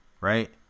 Right